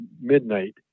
midnight